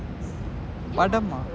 படமா:padama